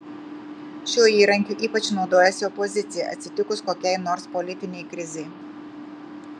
šiuo įrankiu ypač naudojasi opozicija atsitikus kokiai nors politinei krizei